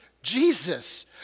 Jesus